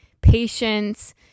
patience